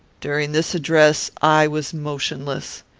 during this address i was motionless.